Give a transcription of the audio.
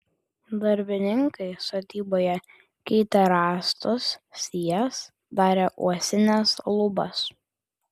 darbininkai sodyboje keitė rąstus sijas darė uosines lubas